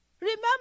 Remember